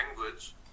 language